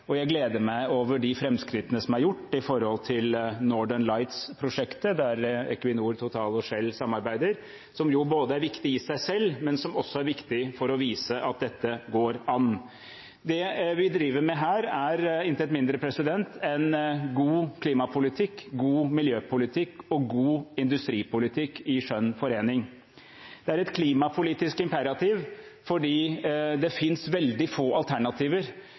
Og jeg gleder meg over de framskrittene som er gjort med hensyn til Northern Lights-prosjektet, der Equinor, Total og Shell samarbeider, noe som er viktig i seg selv, men som også er viktig for å vise at dette går an. Det vi driver med her, er intet mindre enn god klimapolitikk, god miljøpolitikk og god industripolitikk i skjønn forening. Det er et klimapolitisk imperativ fordi det finnes veldig få alternativer